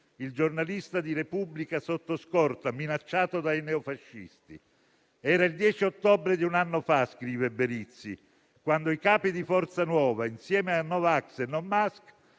il giornalista di «la Repubblica» sotto scorta minacciato dai neofascisti: era il 10 ottobre di un anno fa - scrive Berizzi - quando i capi di Forza Nuova, insieme a no vax e no mask,